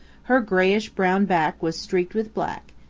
her grayish-brown back was streaked with black,